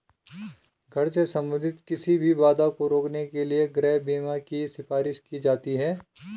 घर से संबंधित किसी भी बाधा को रोकने के लिए गृह बीमा की सिफारिश की जाती हैं